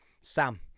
Sam